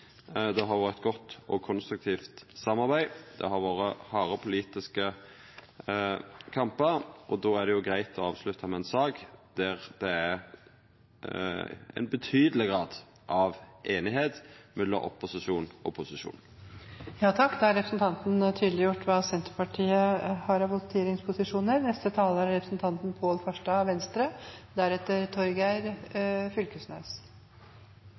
Det har vore eit godt og konstruktivt samarbeid. Det har vore harde politiske kampar, og då er det greitt å avslutta med ei sak det er ein betydeleg grad av einigheit om mellom opposisjonen og posisjonen. Først en takk til saksordføreren og komiteen for godt samarbeid. Når Stortinget i dag behandler industrimeldingen, er det den første industrimeldingen siden 1981. Enorme teknologiske og samfunnsmessige endringer har